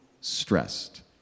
stressed